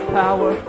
power